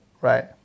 right